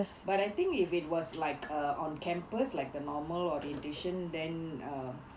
but I think if it was like a on campus like the normal orientation then uh